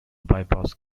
bypass